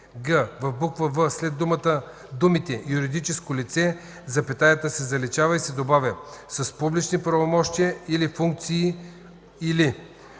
в буква „в” след думите „юридическо лице” запетаята се заличава и се добавя „с публични правомощия или функции или”.